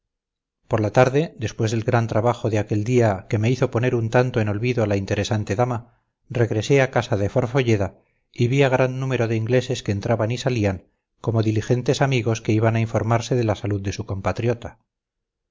por la tarde después del gran trabajo de aquel día que me hizo poner un tanto en olvido a la interesante dama regresé a casa de forfolleda y vi a gran número de ingleses que entraban y salían como diligentes amigos que iban a informarse de la salud de su compatriota